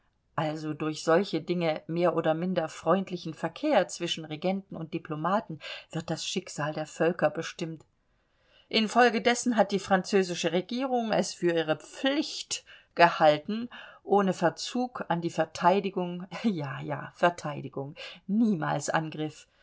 also durch solche dinge mehr oder minder freundlichen verkehr zwischen regenten und diplomaten wird das schicksal der völker bestimmt infolgedessen hat die französische regierung es für ihre pflicht gehalten ohne verzug an die verteidigung ja ja verteidigung niemals angriff